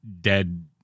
dead